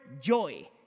joy